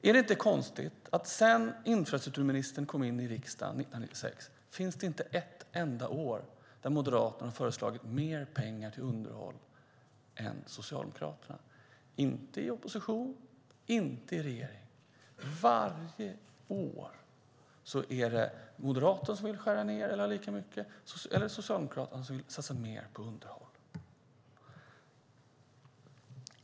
Är det inte konstigt att sedan Catharina Elmsäter-Svärd kom in i riksdagen 1996 finns det inte ett enda år då Moderaterna har föreslagit mer pengar till underhåll än Socialdemokraterna. De har inte gjort det i opposition och inte i regeringsställning. Varje år är det Moderaterna som vill skära ned eller ha lika mycket och Socialdemokraterna som vill satsa mer på underhåll.